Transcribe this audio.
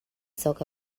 silk